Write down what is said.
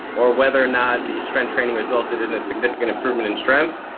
or whether or not the strength training resulted in a significant improvement in strength.